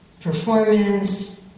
performance